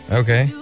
okay